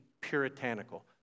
puritanical